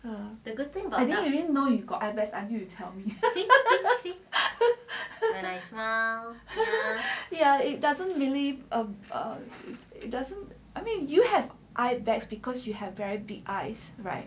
now you didn't know you've got eye bags until you tell me it doesn't really err it doesn't I mean you have eye bags because you have very big eyes right